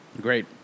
Great